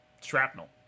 shrapnel